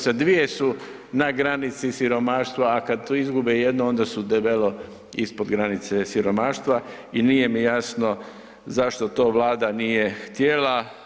Sa dvije su na granici siromaštva, a kada izgube jednu onda su debelo ispod granice siromaštva i nije mi jasno zašto to Vlada nije htjela.